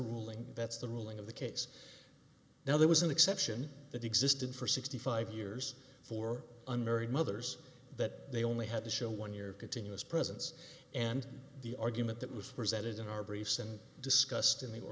ruling that's the ruling of the case now there was an exception that existed for sixty five years for unmarried mothers but they only had to show one year continuous presence and the argument that was presented in our briefs and discussed in the